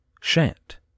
Shant